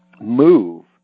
move